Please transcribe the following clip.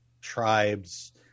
tribes